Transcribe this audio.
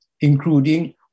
including